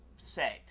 say